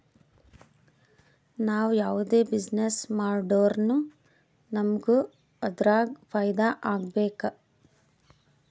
ನಾವ್ ಯಾವ್ದೇ ಬಿಸಿನ್ನೆಸ್ ಮಾಡುರ್ನು ನಮುಗ್ ಅದುರಾಗ್ ಫೈದಾ ಆಗ್ಬೇಕ